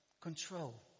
Control